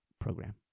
program